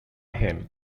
him